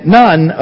none